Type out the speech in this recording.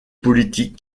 politique